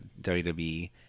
WWE